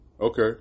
okay